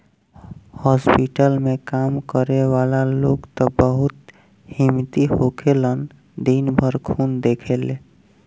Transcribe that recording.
hospital में काम करे वाला लोग त बहुत हिम्मती होखेलन दिन भर खून देखेले